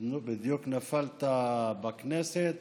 בדיוק נפלת לכנסת